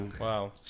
Wow